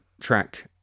track